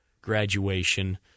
graduation